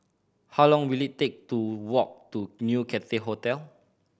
how long will it take to walk to New Cathay Hotel